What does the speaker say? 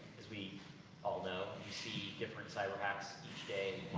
as we all know, you see different cyber hacks each day,